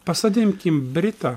pasodinkim britą